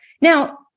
Now